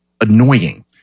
annoying